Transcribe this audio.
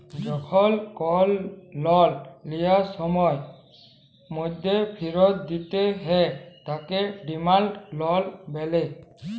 যখল call loan লিয়ার কম সময়ের ম্যধে ফিরত দিতে হ্যয় তাকে ডিমাল্ড লল ব্যলে